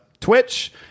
Twitch